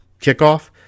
kickoff